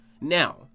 Now